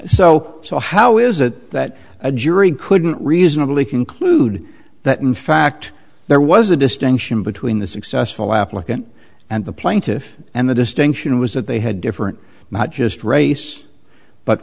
so so how is it that a jury couldn't reasonably conclude that in fact there was a distinction between the successful applicant and the plaintiff and the distinction was that they had different not just race but